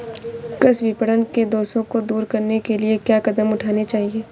कृषि विपणन के दोषों को दूर करने के लिए क्या कदम उठाने चाहिए?